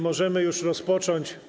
możemy już rozpocząć?